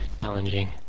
challenging